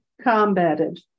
combated